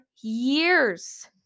years